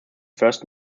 first